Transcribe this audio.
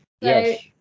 yes